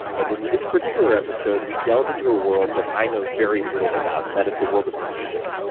and in this particular episode, we delve into a world that i know very little about, and that is the world of music.